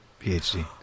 PhD